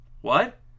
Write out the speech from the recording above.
What